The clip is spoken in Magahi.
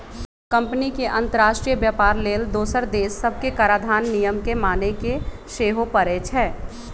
कंपनी के अंतरराष्ट्रीय व्यापार लेल दोसर देश सभके कराधान नियम के माने के सेहो परै छै